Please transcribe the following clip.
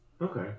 okay